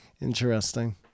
Interesting